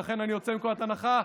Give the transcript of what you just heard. לכן אני יוצא מנקודת הנחה,